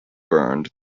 burned